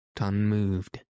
unmoved